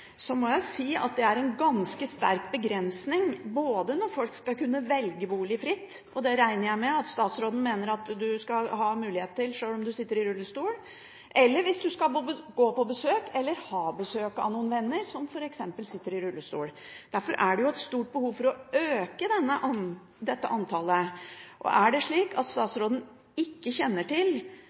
må jeg si at dette er en ganske sterk begrensning når folk skal kunne velge bolig fritt – og det regner jeg med at statsråden mener at en skal ha mulighet til, sjøl om en sitter i rullestol – eller en skal gå på besøk eller ha besøk av noen venner som f.eks. sitter i rullestol. Derfor er det et stort behov for å øke denne andelen. Er det slik at statsråden ikke kjenner til